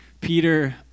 Peter